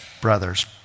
brothers